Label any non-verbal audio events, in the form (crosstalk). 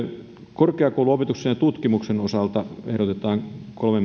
korkeakouluopetuksen ja tutkimuksen osalta ehdotetaan kolme (unintelligible)